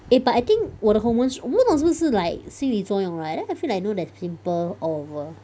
eh but I think 我的 hormones 我不懂是不是 like 心理作用 right then I feel like you know there's pimple all over